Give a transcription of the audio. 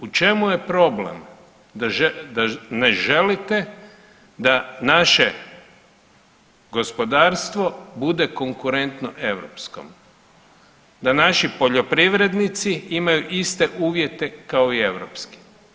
U čemu je problem da ne želite da naše gospodarstvo bude konkurentno europskom, da naši poljoprivrednici imaju iste uvjete kao i europski?